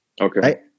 Okay